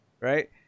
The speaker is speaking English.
right